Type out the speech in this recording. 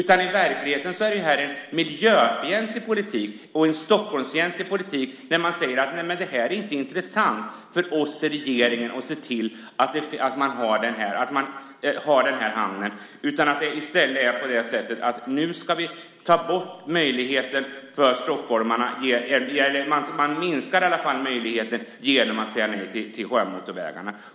I verkligheten är det både en miljö och Stockholmsfientlig politik när regeringen säger att den här hamnen inte är intressant. I stället minskar man möjligheten för stockholmarna genom att säga nej till sjömotorvägarna.